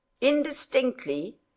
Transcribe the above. indistinctly